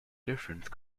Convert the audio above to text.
difference